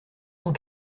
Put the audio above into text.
cent